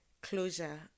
Closure